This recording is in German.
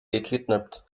gekidnappt